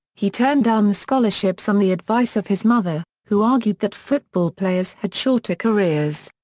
he turned down the scholarships on the advice of his mother, who argued that football players had shorter careers.